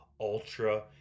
ultra